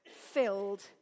filled